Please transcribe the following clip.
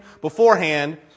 beforehand